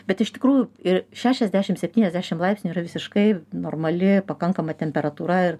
bet iš tikrųjų ir šešiasdešim septyniasdešim laipsnių yra visiškai normali pakankama temperatūra ir